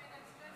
אם כן, תוצאות